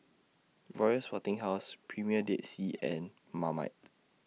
Royal Sporting House Premier Dead Sea and Marmite